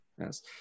Yes